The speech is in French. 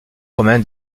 romaine